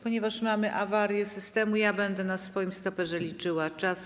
Ponieważ mamy awarię systemu, będę na swoim stoperze mierzyła czas.